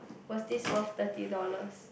was this worth thirty dollars